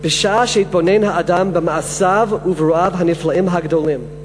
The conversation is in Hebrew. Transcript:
"בשעה שיתבונן האדם במעשיו וברואיו הנפלאים הגדולים,